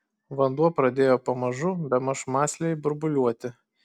vanduo pradėjo pamažu bemaž mąsliai burbuliuoti